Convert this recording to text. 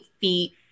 feet